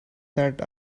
that